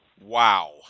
Wow